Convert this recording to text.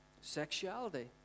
Sexuality